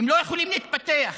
והם לא יכולים להתפתח.